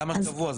למה שבוע?